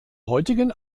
heutigen